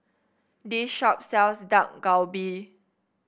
this shop sells Dak Galbi